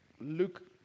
Luke